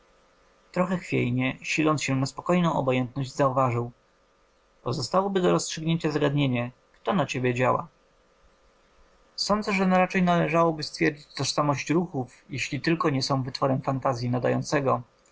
trochę chwiejnie siląc się na spokojną obojętność zauważył pozostałoby do rozstrzygnięcia zagadnienie kto na ciebie działa sądzę że raczej należałoby stwierdzić tożsamość ruchów jeżeli tylko nie są wytworem fantazyi nadającego